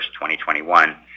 2021